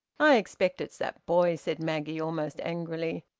i expect it's that boy, said maggie, almost angrily.